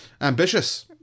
Ambitious